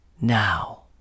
now